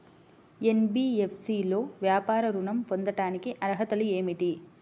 NBFC లో వ్యాపార ఋణం పొందటానికి అర్హతలు ఏమిటీ?